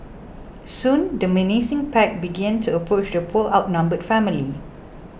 soon the menacing pack began to approach the poor outnumbered family